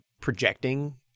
projecting